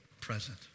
present